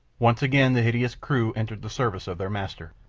once again the hideous crew entered the service of their master,